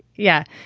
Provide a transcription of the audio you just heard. yeah.